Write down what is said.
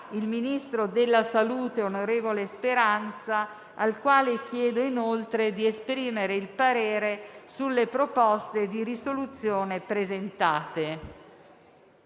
il Ministro della salute, al quale chiedo anche di esprimere il parere sulle proposte di risoluzione presentate.